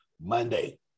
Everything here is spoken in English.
Monday